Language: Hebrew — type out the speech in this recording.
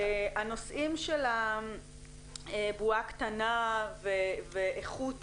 הנושאים של הבועה הקטנה ואיכות